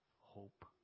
hope